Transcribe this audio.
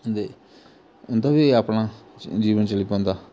दे उं'दा बी अपना जीवन चली पौंदा